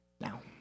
now